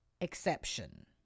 exception